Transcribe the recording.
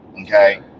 okay